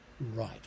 Right